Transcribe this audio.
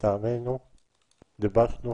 מטעמנו גיבשנו